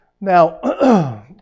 Now